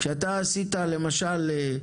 כשאתה עשית, למשל,